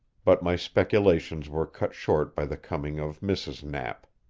but my speculations were cut short by the coming of mrs. knapp.